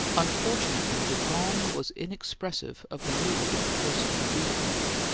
unfortunately the gong was inexpressive of the mood of the person who beat upon it.